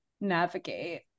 navigate